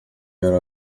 yari